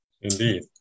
Indeed